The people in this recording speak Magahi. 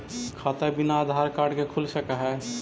खाता बिना आधार कार्ड के खुल सक है?